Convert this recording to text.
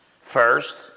first